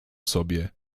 sobie